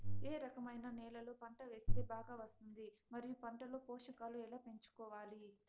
ఏ రకమైన నేలలో పంట వేస్తే బాగా వస్తుంది? మరియు పంట లో పోషకాలు ఎలా పెంచుకోవాలి?